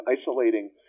isolating